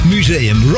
Museum